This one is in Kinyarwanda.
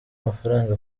amafaranga